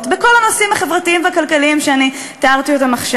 בכל הנושאים החברתיים והכלכליים שתיארתי עכשיו,